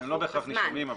לא בהכרח נישומים.